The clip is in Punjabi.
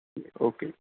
ਓਕੇ ਜੀ